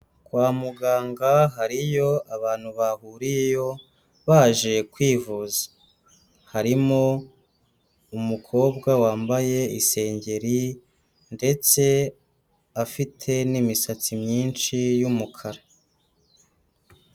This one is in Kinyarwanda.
Kwa muganga hariyo abantu bahuriyeyo baje kwivuza, harimo umukobwa wambaye isengeri ndetse afite n'imisatsi myinshi y'umukara.